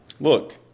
Look